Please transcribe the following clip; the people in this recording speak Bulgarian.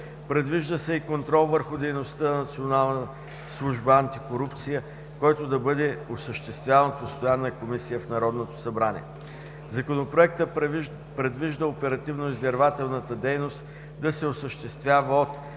Предвижда се и контрол върху дейността на Национална служба „Антикорупция“, който да бъде осъществяван от постоянна комисия в Народното събрание. Законопроектът предвижда оперативно-издирвателната дейност да се осъществява от